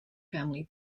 family